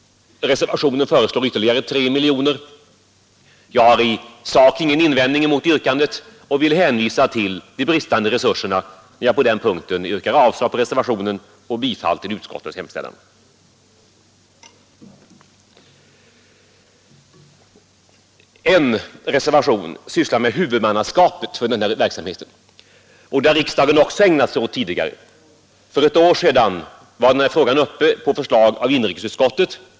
Reservationen föreslår ytterligare 3 miljoner kronor. Jag har i sak ingen invändning mot yrkandet utan vill hänvisa till de bristande resurserna när jag på den punkten yrkar avslag på reservationen och bifall till utskottets hemställan. En reservation sysslar med huvudmannaskapet för verksamheten. Denna fråga har riksdagen också ägnat sig åt tidigare. För ett år sedan var frågan uppe på förslag av inrikesutskottet.